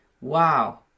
Wow